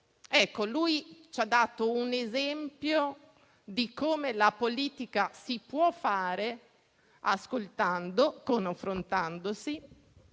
Ebbene, lui ci ha dato un esempio di come la politica si può fare ascoltando, confrontandosi